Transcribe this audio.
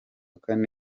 kane